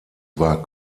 war